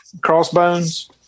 Crossbones